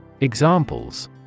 Examples